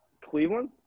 Cleveland